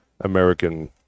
American